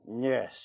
Yes